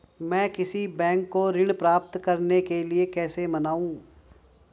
मैं किसी बैंक को ऋण प्राप्त करने के लिए कैसे मनाऊं?